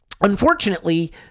unfortunately